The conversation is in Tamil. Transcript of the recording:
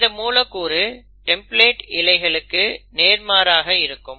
இந்த மூலக்கூறு டெம்ப்ளேட் இழைக்கு நேர்மாறாக இருக்கும்